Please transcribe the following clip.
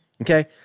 Okay